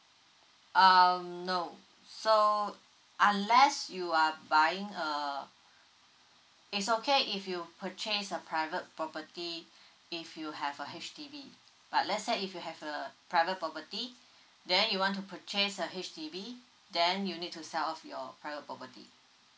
um no so unless you are buying err it's okay if you purchase a private property if you have a H_D_B but let's say if you have a private property then you want to purchase a H_D_B then you need to sell off your private property